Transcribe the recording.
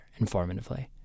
informatively